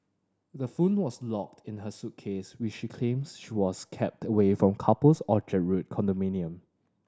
the phone was locked in her suitcase which she claims she was kept away from the couple's Orchard Road condominium